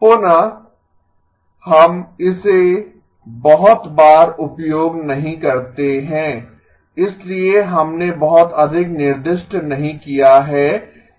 पुनः हम इसे बहुत बार उपयोग नहीं करते हैं इसलिए हमने बहुत अधिक निर्दिष्ट नहीं किया है